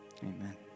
Amen